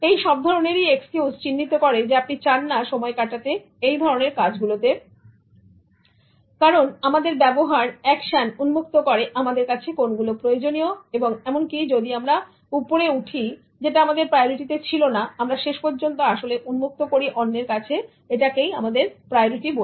এই সব ধরনের এক্সকিউজ চিহ্নিত করে আপনি চান না সময় কাটাতে এই ধরনের কাজ গুলো তে কারণ আমাদের ব্যবহার অ্যাকশন উন্মুক্ত করে আমাদের কাছে কোনগুলো প্রয়োজনীয় এবং এমনকি যদি আমরা উপরে উঠি যেটা আমাদের প্রায়োরিটি তে ছিলনা আমরা শেষ পর্যন্ত আসলে উন্মুক্ত করি অন্যের কাছে আমাদের প্রায়োরিটি বলে